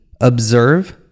observe